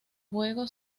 juego